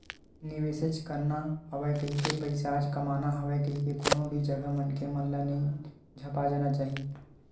निवेसेच करना हवय कहिके, पइसाच कमाना हवय कहिके कोनो भी जघा मनखे मन ल नइ झपा जाना चाही